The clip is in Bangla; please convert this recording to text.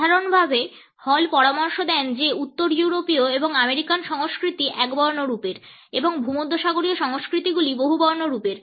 সাধারণভাবে হল পরামর্শ দেন যে উত্তর ইউরোপীয় এবং আমেরিকান সংস্কৃতি একবর্ণ রূপের এবং ভূমধ্যসাগরীয় সংস্কৃতিগুলি বহুবর্ণ রূপের